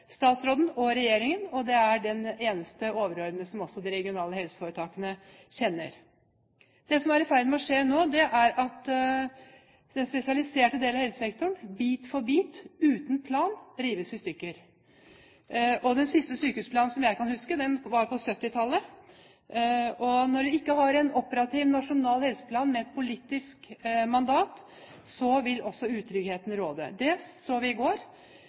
statsråden, og regjeringen, og det er også den eneste overordnede de regionale helseforetakene kjenner. Det som er i ferd med å skje nå, er at den spesialiserte delen av helsesektoren bit for bit, uten plan, rives i stykker. Den siste sykehusplanen som jeg kan huske, kom på 1970-tallet. Når man ikke har en operativ nasjonal helseplan med et politisk mandat, vil også utryggheten råde. Det så vi i går.